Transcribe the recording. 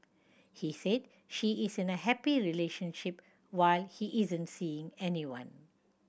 he said she is in a happy relationship while he isn't seeing anyone